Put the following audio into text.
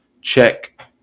check